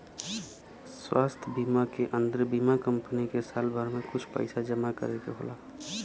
स्वास्थ बीमा के अन्दर बीमा कम्पनी के साल भर में कुछ पइसा जमा करे के होला